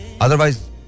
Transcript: Otherwise